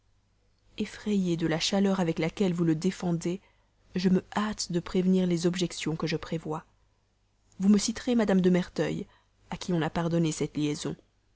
effrayée de la chaleur avec laquelle vous le défendez je me hâte de prévenir les objections que je prévois vous me citerez madame de merteuil à qui on a pardonné cette liaison